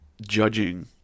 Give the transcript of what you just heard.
judging